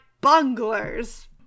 Bunglers